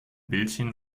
bildchen